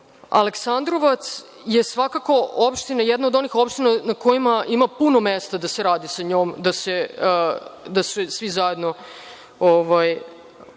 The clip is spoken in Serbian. Aleksandrovac je svakako jedna od onih opština na kojima ima puno da se radi sa njom, da svi zajedno utegnemo